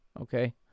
okay